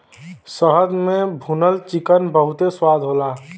शहद में भुनल चिकन बहुते स्वाद होला